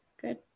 good